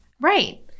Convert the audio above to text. Right